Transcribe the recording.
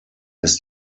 his